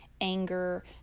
anger